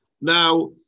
Now